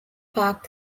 park